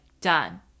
done